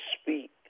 speak